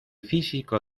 físico